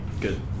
Good